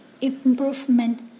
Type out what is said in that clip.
Improvement